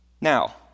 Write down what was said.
Now